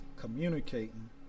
communicating